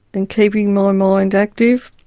and keeping my and mind active